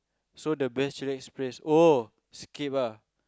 so the best chillax place oh Scape ah